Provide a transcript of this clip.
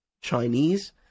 Chinese